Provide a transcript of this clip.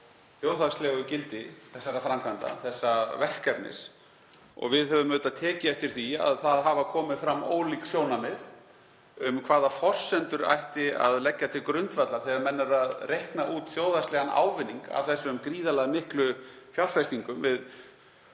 þjóðhagslegu gildi þessara framkvæmda, þessa verkefnis. Við höfum auðvitað tekið eftir því að það hafa komið fram ólík sjónarmið um hvaða forsendur ætti að leggja til grundvallar þegar menn reikna út þjóðhagslegan ávinning af þessum gríðarlega miklu fjárfestingum. Við